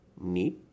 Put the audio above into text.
need